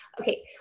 Okay